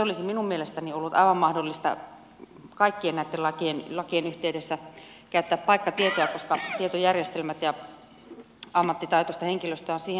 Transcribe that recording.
olisi minun mielestäni ollut aivan mahdollista kaikkien näitten lakien yhteydessä käyttää paikkatietoa koska tietojärjestelmät ja ammattitaitoista henkilöstöä on siihen olemassa